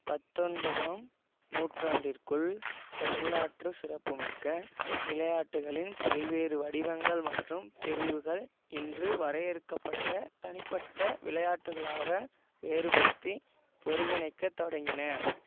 பத்தொன்பதாம் நூற்றாண்டிற்குள் வரலாற்றுச் சிறப்புமிக்க விளையாட்டுகளின் பல்வேறு வடிவங்கள் மற்றும் பிரிவுகள் இன்று வரையறுக்கப்பட்ட தனிப்பட்ட விளையாட்டுகளாக வேறுபடுத்தி ஒருங்கிணைக்கத் தொடங்கின